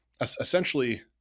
essentially